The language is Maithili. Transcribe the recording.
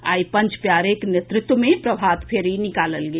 आई पंच प्यारे के नेतृत्व मे प्रभात फेरी निकालल गेल